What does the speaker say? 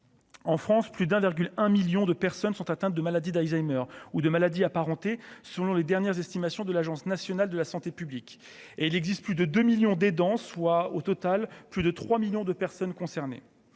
en France, plus d'1 virgule 1 1000000 de personnes sont atteintes de maladie d'Alzheimer ou de maladies apparentées, selon les dernières estimations de l'Agence nationale de la santé publique et il existe plus de 2 millions d'aidants, soit au total plus de 3 millions de personnes concernées